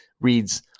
reads